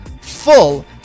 full